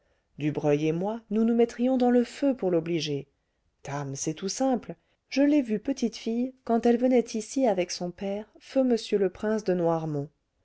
dubreuil et moi nous nous mettrions dans le feu pour l'obliger dame c'est tout simple je l'ai vue petite fille quand elle venait ici avec son père feu m le prince de